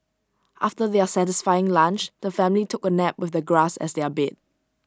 after their satisfying lunch the family took A nap with the grass as their bed